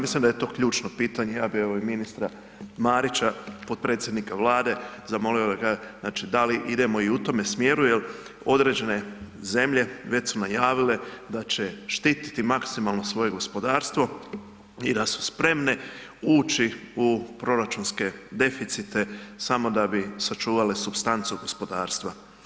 Mislim da je to ključno pitanje, ja bi evo i ministra Marića, potpredsjednika Vlade zamolio da kaže, znači da li idemo i u tome smjeru jel određene zemlje već su najavile da će štititi maksimalno svoje gospodarstvo i da su spremne ući u proračunske deficite samo da bi sačuvale supstancu gospodarstva.